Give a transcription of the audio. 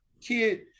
kid